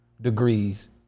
degrees